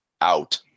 out